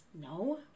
No